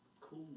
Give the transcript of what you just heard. Cool